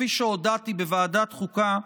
וכפי שהודעתי בוועדת החוקה,